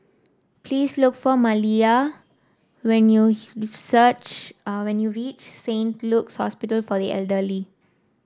please look for Maliyah when you search ah when you reach Saint Luke's Hospital for the Elderly